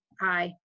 aye